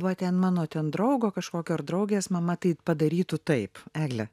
va ten mano ten draugo kažkokio ar draugės mama tai padarytų taip egle